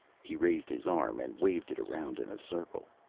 he raised his arm and waved it around in a circle.